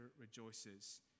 rejoices